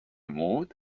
muud